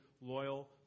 loyal